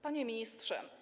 Panie Ministrze!